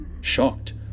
Shocked